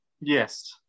Yes